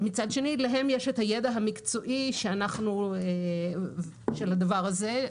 ומצד שני, להם יש את הידע המקצועי של הדבר הזה.